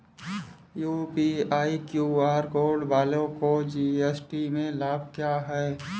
UPI QR code वालों को GST में लाभ क्या है?